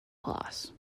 boss